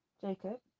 Jacob